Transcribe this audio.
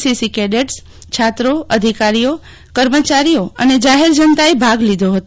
CC cadets છાત્રો અધિકારીઓ કર્મચારીઓ અને જાહેર જનતા એ ભાગ લીધી હતો